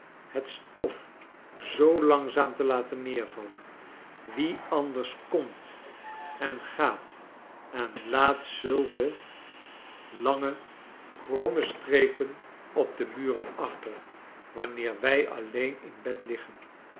het stof zoo langzaam te laten neervallen wie anders komt en gaat en laat zulke lange kromme strepen op de muren achter wanneer wij alien in bed liggen